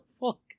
fuck